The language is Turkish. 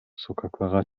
sokaklara